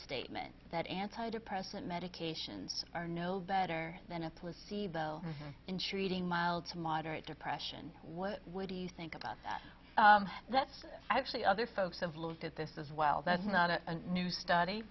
statement that anti depressant medications are no better than a placebo intreating mild to moderate depression what would you think about that that's actually other folks have looked at this as well that's not a new study